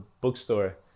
bookstore